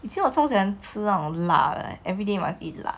以前我超喜欢那种辣的 leh everyday must eat 辣